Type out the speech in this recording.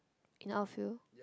in out field